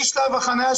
משלב החנייה,